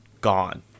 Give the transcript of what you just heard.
gone